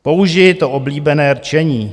Použiji to oblíbené rčení.